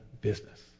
business